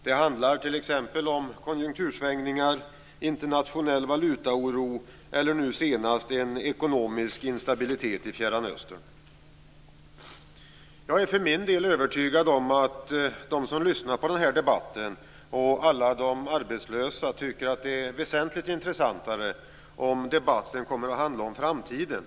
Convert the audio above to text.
Det handlar t.ex. om konjunktursvängningar, internationell valutaoro eller, som nu senast, ekonomisk instabilitet i Fjärran östern. Jag är för min del övertygad om att de som lyssnar på den här debatten, och alla de som är arbetslösa, tycker att det är väsentligt intressantare om debatten kommer att handla om framtiden.